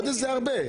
חודש זה הרבה.